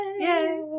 Yay